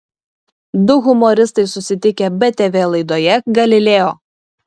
du humoristai susitikę btv laidoje galileo